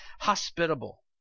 hospitable